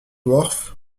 worth